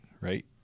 Right